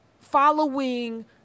following